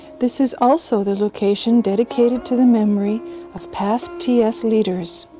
this is also the location dedicated to the memory of past ts leaders.